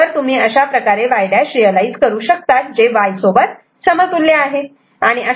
तर तुम्ही अशाप्रकारे Y' रियलायझ करू शकतात जे Y सोबत समतुल्य आहे